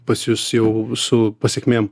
pas jus jau su pasekmėm